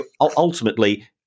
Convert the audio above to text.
ultimately